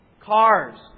Cars